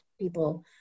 people